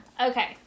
Okay